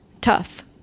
tough